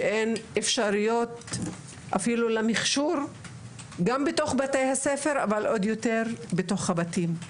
שאין אפשרויות אפילו למכשור גם בתוך בתי הספר אבל עוד יותר בתוך הבתים.